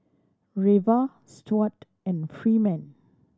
Reva Stuart and Freeman